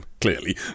clearly